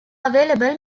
available